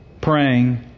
praying